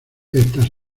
estas